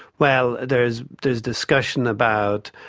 well, there's there's discussion about,